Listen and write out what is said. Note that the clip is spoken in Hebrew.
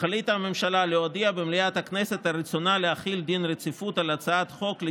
החליטה הממשלה להודיע במליאת הכנסת על רצונה להחיל